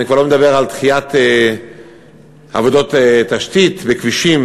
אני כבר לא מדבר על דחיית עבודות תשתית וכבישים,